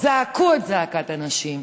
זעקו את זעקת הנשים.